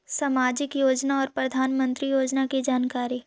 समाजिक योजना और प्रधानमंत्री योजना की जानकारी?